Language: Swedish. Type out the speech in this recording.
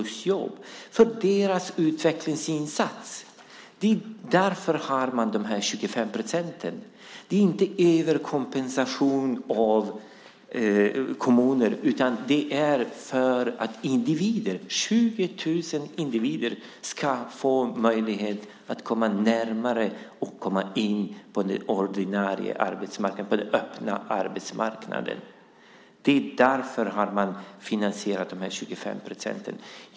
Det är för deras utvecklingsinsats som man har de 25 procenten. Det är inte överkompensation till kommunerna, utan det är för att 20 000 individer ska få möjlighet att komma närmare och komma in på den ordinarie, öppna arbetsmarknaden. Det är därför man har haft de här 25 procenten.